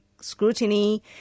scrutiny